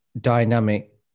dynamic